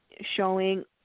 showing